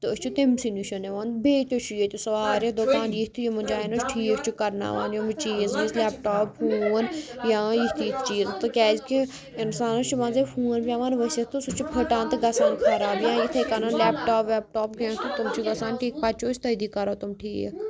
تہٕ أسۍ چھِ تٔمسٕے نِش نِوان بیٚیہِ تہِ چھِ ییٚتیٚس واریاہ دُکان یِتھۍ تہٕ یَمن جایَن أسۍ ٹھیٖک چھِ کَرناوان یم چیٖز ویٖز لیٚپ ٹاپ فوٗن یا یِتھۍ یِتھۍ چیٖز تہٕ کیٚازکہِ انسانَس چھُ منٛزٕ یہِ فوٗن پیٚوان ؤستھ تہِ سُہ چھِ پھٕٹان تہٕ گژھان خراب یا یِتھے کٔنۍ لیٚپ ٹاپ ویٚپ ٹاپ کیٚنٛہہ تِم چھِ گژھان ٹھیٖک پتہٕ چھِ أسۍ تتی کَران تِم ٹھیٖک